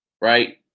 right